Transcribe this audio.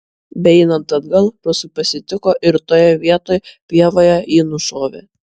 beeinant atgal rusai pasitiko ir toje vietoj pievoje jį nušovė